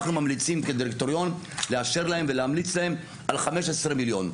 אנחנו ממליצים כדירקטוריון לאשר להם ולהמליץ להם על 15 מיליון.